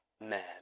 Man